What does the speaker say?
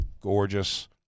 gorgeous